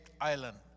island